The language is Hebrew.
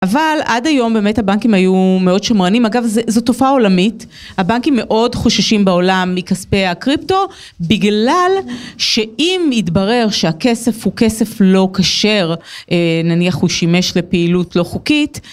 אבל עד היום באמת הבנקים היו מאוד שמרנים. אגב, זו תופעה עולמית. הבנקים מאוד חוששים בעולם מכספי הקריפטו, בגלל שאם יתברר שהכסף הוא כסף לא כשר, נניח הוא שימש לפעילות לא חוקית,